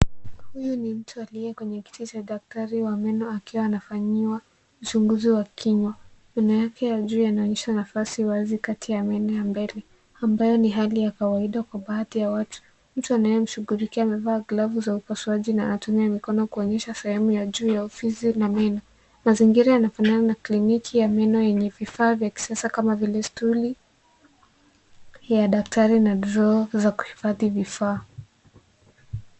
Huyu ni mtu aliye kwenye kiti cha daktari wa meno akiwa anafanyiwa uchunguzi wa kinywa. Meno yake ya juu yanaonyesha nafasi wazi kati ya meno ya mbele ambayo ni hali ya kawaida kwa baadhi ya watu. Mtu anayemshughulikia amevaa glavu za upasuaji na anatumia mikono kuonyesha sehemu ya juu ya ufizi na meno. Mazingira yanafanana na kliniki ya meno yenye vifaa vya kisasa kama vile stuli ya daktari na drawer za kuhifadhi vifaa.